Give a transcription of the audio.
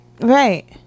right